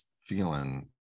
feeling